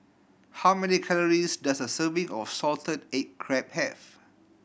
how many calories does a serving of salted egg crab have